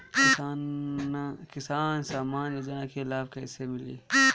किसान सम्मान योजना के लाभ कैसे मिली?